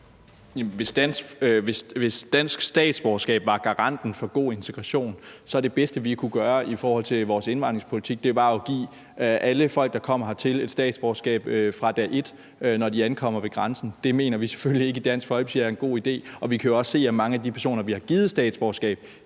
Hvis dansk statsborgerskab var garanten for god integration, ville det bedste, vi kunne gøre i forhold til vores indvandringspolitik, være at give alle folk, der kommer hertil, statsborgerskab fra dag et, når de ankommer til grænsen. Det mener vi i Dansk Folkeparti selvfølgelig ikke er en god idé, og vi kan også se, at for mange af de personer, vi har givet statsborgerskab,